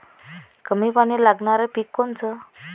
कमी पानी लागनारं पिक कोनचं?